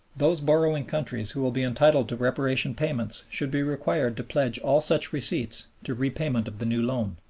those borrowing countries who will be entitled to reparation payments should be required to pledge all such receipts to repayment of the new loan.